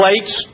plates